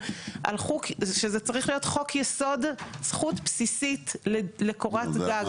שזה צריך להיות חוק יסוד זכות בסיסית לקורת גג.